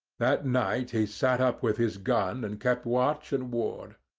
that night he sat up with his gun and kept watch and ward.